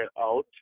out